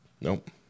Nope